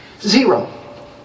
Zero